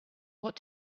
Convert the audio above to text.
what